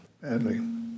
badly